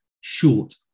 short